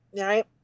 Right